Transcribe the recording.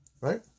right